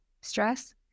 stress